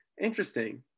interesting